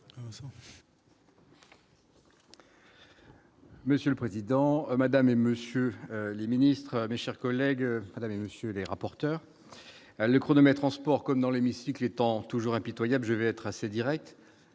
Monsieur le président, madame et monsieur les ministres, mes chers collègues, Madame et Monsieur, les rapporteurs le chronomètre en sport comme dans l'hémicycle, étant toujours impitoyable, je vais être assez Direct,